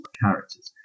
characters